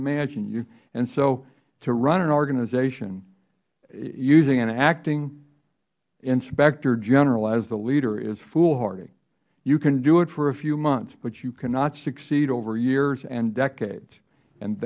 imagine so to run an organization using an acting inspector general as the leader is foolhardy you can do it for a few months but you cannot succeed over years and decades and